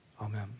Amen